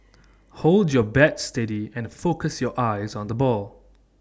hold your bat steady and focus your eyes on the ball